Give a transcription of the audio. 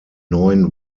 neun